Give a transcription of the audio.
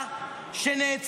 עכשיו, בזמן שנותר